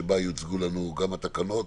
שבה יוצגו לנו גם התקנות,